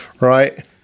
Right